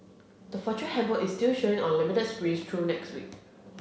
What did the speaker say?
the Fortune Handbook is still showing on limited screens through next week